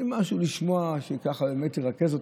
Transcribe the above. הם רוצים משהו לשמוע, שירכז אותם.